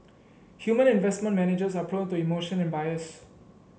human investment managers are prone to emotion and bias